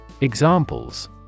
examples